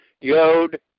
Yod